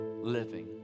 living